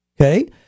Okay